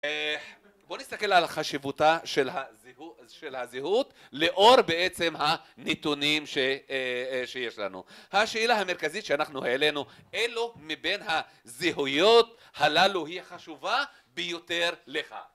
בוא נסתכל על החשיבותה של הזהות לאור בעצם הנתונים שיש לנו. השאלה המרכזית שאנחנו העלינו אילו מבין הזהויות הללו היא החשובה ביותר לך